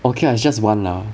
okay lah it's just one lah